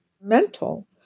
mental